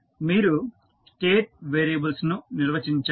మీరు state variables ను నిర్వచించాలి